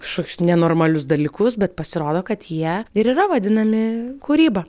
kažkokius nenormalius dalykus bet pasirodo kad jie ir yra vadinami kūryba